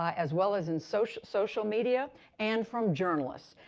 ah as well as in social social media and from journalists.